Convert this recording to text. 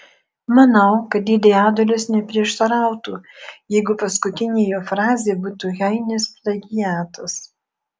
manau kad dėdė adolis neprieštarautų jeigu paskutinė jo frazė būtų heinės plagiatas